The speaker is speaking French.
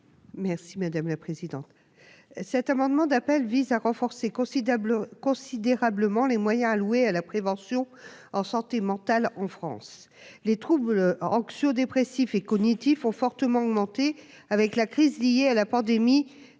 Merci madame la présidente, cet amendement d'appel vise à renforcer considérable considérablement les moyens alloués à la prévention en santé mentale en France, les troubles anxio-dépressifs et cognitifs ont fortement augmenté avec la crise liée à la pandémie